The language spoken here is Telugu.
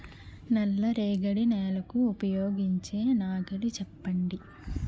నల్ల రేగడి నెలకు ఉపయోగించే నాగలి చెప్పండి?